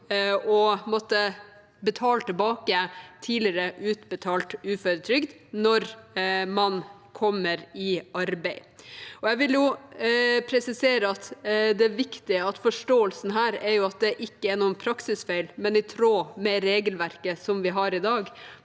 å måtte betale tilbake tidligere utbetalt uføretrygd når man kommer i arbeid. Jeg vil presisere: Det er viktig at forståelsen er at dette ikke er noen praksisfeil, men i tråd med regelverket vi har i dag.